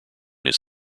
his